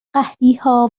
قحطیها